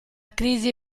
crisi